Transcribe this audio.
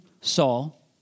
Saul